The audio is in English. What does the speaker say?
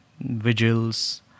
vigils